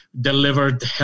delivered